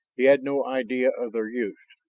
he had no idea of their use,